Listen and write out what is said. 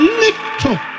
little